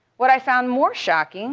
what i found more shocking